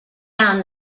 down